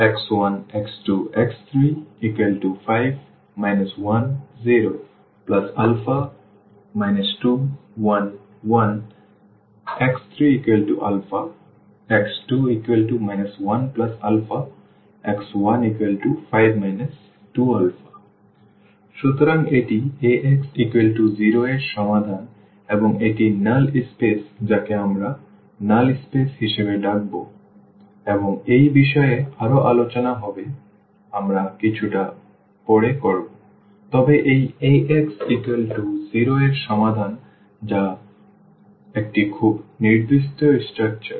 x1 x2 x3 5 1 0 α 2 1 1 x3α x2 1α x15 2α সুতরাং এটি Ax0 এর সমাধান এবং এটি নাল স্পেস যাকে আমরা নাল স্পেস হিসাবে ডাকব এবং এই বিষয়ে আরও আলোচনা হবে আমরা কিছুটা পরে করব তবে এই Ax0 এর সমাধান যা একটি খুব নির্দিষ্ট স্ট্রাকচার